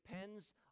depends